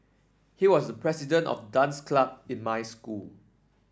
he was the president of dance club in my school